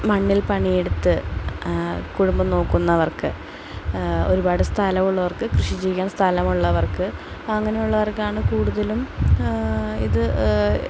മണ്ണിൽ പണിയെടുത്ത് കുടുംബം നോക്കുന്നവർക്ക് ഒരുപാട് സ്ഥലമുള്ളവർക്ക് കൃഷി ചെയ്യാൻ സ്ഥലമുള്ളവർക്ക് അങ്ങനെയുള്ളവർക്കാണ് കൂടുതലും ഇത്